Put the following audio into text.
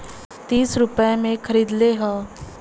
तीस रुपइया मे खरीदले हौ